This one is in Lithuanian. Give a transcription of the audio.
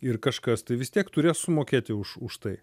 ir kažkas tai vis tiek turės sumokėti už už tai